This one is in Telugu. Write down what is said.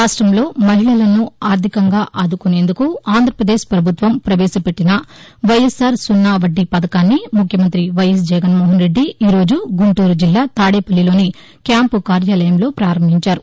రాష్ట్రంలో మహిళలను ఆర్లికంగా ఆదుకునేందుకు ఆంధ్రప్రదేశ్ పభుత్వం పవేశపెట్టిన వైఎస్సార్ సున్నా వద్దీ పథకాన్ని ముఖ్యమంతి వైఎస్ జగన్మోహన్రెద్ది ఈరోజు గుంటూరు జిల్లా తాదేపల్లిలోని క్యాంపు కార్యాలయంలో ప్రారంభించారు